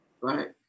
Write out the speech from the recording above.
Right